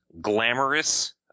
glamorous